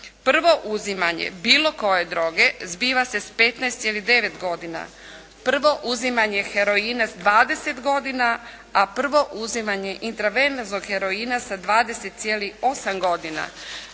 prvo uzimanje bilo koje droge zbiva se s 15,9 godina. Prvo uzimanje heroina s 20 godina. A prvo uzimanje intravenoznog heroina sa 20,8 godina.